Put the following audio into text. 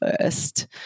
first